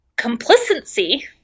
complicity